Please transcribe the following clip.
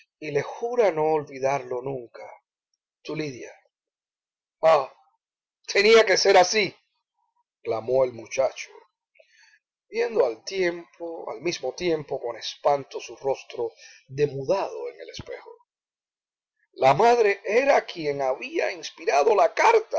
y le jura no olvidarlo nunca tu lidia ah tenía que ser así clamó el muchacho viendo al mismo tiempo con espanto su rostro demudado en el espejo la madre era quien había inspirado la carta